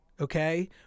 Okay